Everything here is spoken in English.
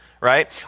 right